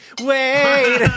Wait